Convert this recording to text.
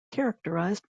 characterised